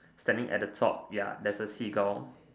standing at the top ya there's a Seagull